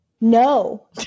No